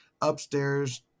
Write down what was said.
upstairs